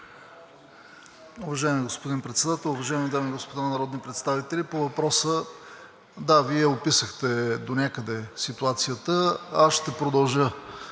Уважаеми господин Председател, уважаеми дами и господа народни представители! По въпроса – да, Вие описахте донякъде ситуацията, аз ще продължа.